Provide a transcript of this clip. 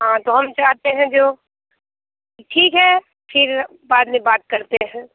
हाँ तो हम चाहते हैं जो ठीक है फिर बाद में बात करते हैं